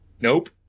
Nope